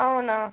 అవునా